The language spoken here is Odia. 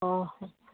ଓହୋ